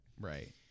Right